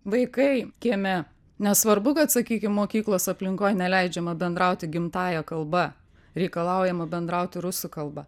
vaikai kieme nesvarbu kad sakykim mokyklos aplinkoj neleidžiama bendrauti gimtąja kalba reikalaujama bendrauti rusų kalba